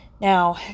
Now